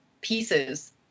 pieces